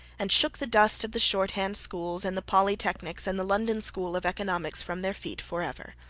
and shook the dust of the shorthand schools, and the polytechnics, and the london school of economics from their feet for ever.